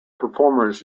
performers